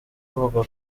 avuga